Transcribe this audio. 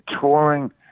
touring